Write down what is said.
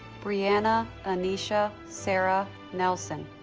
brianna ah annisha sarah nelson